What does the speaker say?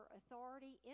authority